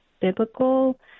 biblical